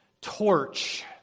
torch